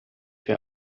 der